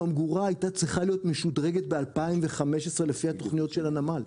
הממגורה הייתה צריכה להיות משודרגת ב-2015 לפי התכניות של הנמל.